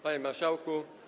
Panie Marszałku!